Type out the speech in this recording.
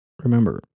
remember